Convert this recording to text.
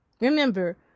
remember